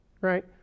Right